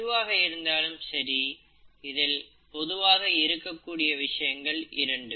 எதுவாக இருந்தாலும் சரி இதில் பொதுவாக இருக்கக் கூடிய விஷயங்கள் இரண்டு